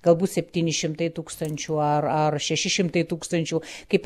galbūt septyni šimtai tūkstančių ar ar šeši šimtai tūkstančių kaip